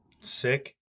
Sick